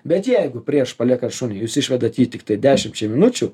bet jeigu prieš paliekant šunį jūs išvedat jį tiktai dešimčiai minučių